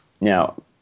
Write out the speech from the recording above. Now